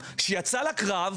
ברשותך,